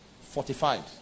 fortified